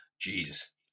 Jesus